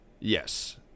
yes